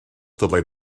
dylai